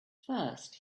first